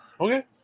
Okay